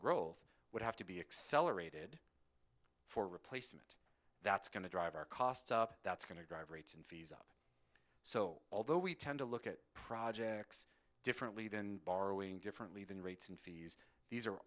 growth would have to be accelerated for replacement that's going to drive our costs up that's going to drive rates and so although we tend to look at projects differently than borrowing differently than rates and fees these are